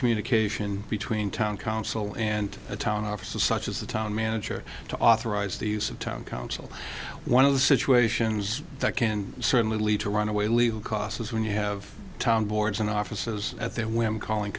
communication between town council and town offices such as the town manager to authorize the use of town council one of the situations that can certainly lead to runaway legal costs is when you have town boards and offices at their whim calling